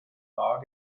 bar